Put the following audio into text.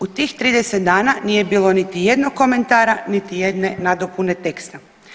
U tih 30 dana nije bilo niti jednog komentara, niti jedne nadopune teksta.